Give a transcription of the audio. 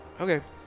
Okay